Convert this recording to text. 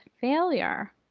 failure